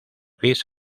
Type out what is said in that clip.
gris